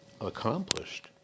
accomplished